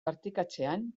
partekatzean